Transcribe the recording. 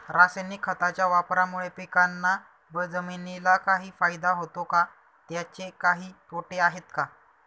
रासायनिक खताच्या वापरामुळे पिकांना व जमिनीला काही फायदा होतो का? त्याचे काही तोटे आहेत का?